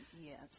yes